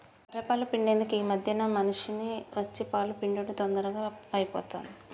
బఱ్ఱె పాలు పిండేందుకు ఈ మధ్యన మిషిని వచ్చి పాలు పిండుడు తొందరగా అయిపోతాంది